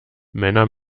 männer